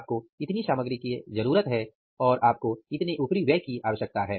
आपको इतनी श्रम की आवश्यकता है और आपको इतने ऊपरिव्यय की आवश्यकता है